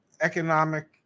economic